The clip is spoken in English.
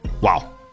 wow